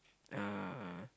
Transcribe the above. uh